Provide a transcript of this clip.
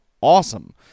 awesome